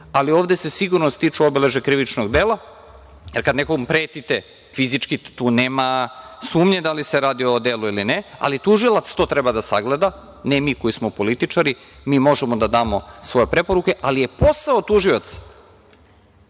ali ovde se sigurno stiču obeležja krivičnog dela, jer kad nekom pretite fizički, tu nema sumnji da li se radi o delu ili ne, ali tužilac to treba da sagleda, ne mi koji smo političari. Mi možemo da damo svoje preporuke, ali je posao tužioca